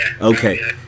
okay